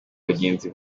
bagenzi